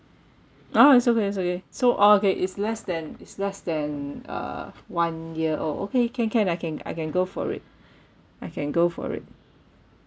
ah it's okay it's okay so orh okay it's less than it's less than uh one year old okay can can I can I can go for it I can go for it